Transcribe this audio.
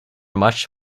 much